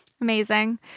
Amazing